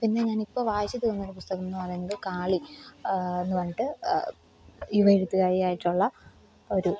പിന്നെ ഞാന് ഇപ്പോള് വായിച്ചുതീർന്നൊരു പുസ്തകമെന്നു പറയുന്നത് കാളി എന്ന് പറഞ്ഞിട്ട് യുവ എഴുത്തുകാരിയായിട്ടുള്ള ഒരു